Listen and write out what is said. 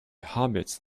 hobbits